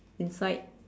inside